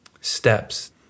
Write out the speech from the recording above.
steps